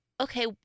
Okay